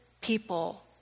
people